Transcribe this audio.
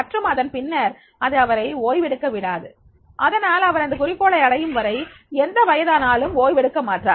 மற்றும் அதன் பின்னர் அது அவரை ஓய்வெடுக்க விடாது அதனால் அவர் அந்த குறிக்கோளை அடையும்வரை எந்த வயதானாலும் ஓய்வெடுக்க மாட்டார்